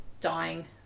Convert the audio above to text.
dying